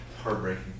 Heartbreaking